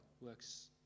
works